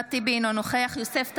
אחמד טיבי, אינו נוכח יוסף טייב,